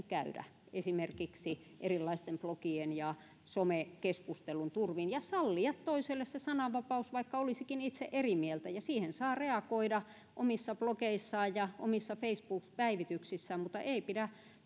käydä esimerkiksi erilaisten blogien ja some keskustelun turvin ja sallia toiselle se sananvapaus vaikka olisikin itse eri mieltä ja siihen saa reagoida omissa blogeissaan ja omissa facebook päivityksissään mutta ei pidä